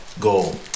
goal